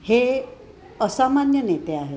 हे असामान्य नेते आहेत